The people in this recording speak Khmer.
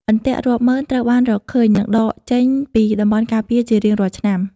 អន្ទាក់រាប់ម៉ឺនត្រូវបានរកឃើញ និងដកចេញពីតំបន់ការពារជារៀងរាល់ឆ្នាំ។